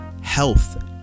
health